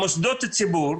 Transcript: מוסדות ציבור,